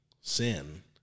sin